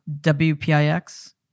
WPIX